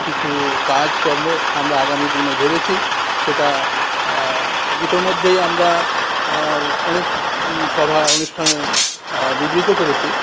কিছু কাজকর্ম আমরা আগামী দিনে ভেবেছি সেটা ইতিমধ্যেই আমরা অনেক সভা অনুষ্ঠানে বিবৃত করেছি